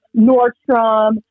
Nordstrom